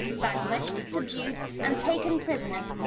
vanquished, subdued, and taken prisoner.